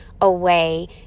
away